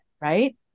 right